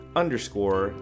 underscore